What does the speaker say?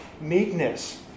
Meekness